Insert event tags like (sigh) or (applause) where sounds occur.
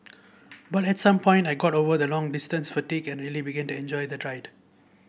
but at some point I got over the long distance fatigue and really began to enjoy the (unintelligible)